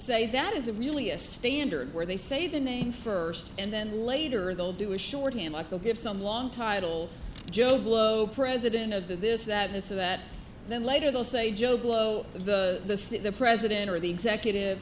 say that isn't really a standard where they say the name first and then later they'll do a shorthand like they'll give some long title joe blow president of the this that is so that then later they'll say joe blow the president or the executive